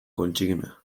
kontsigna